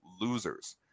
losers